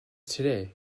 today